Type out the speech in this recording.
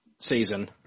season